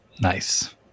Nice